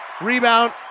Rebound